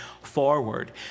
forward